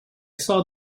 saw